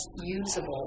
usable